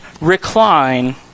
recline